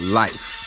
life